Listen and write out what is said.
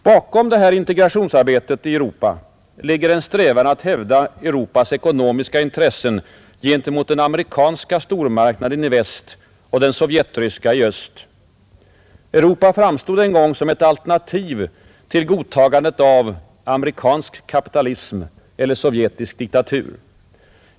Bakom integrationsarbetet i Europa ligger en strävan att hävda Europas ekonomiska intressen gentemot den amerikanska stormarknaden i väst och den sovjetryska i öst. Europa framstod en gång som ett alternativ till godtagandet av ”amerikansk kapitalism” eller ”sovjetisk diktatur”.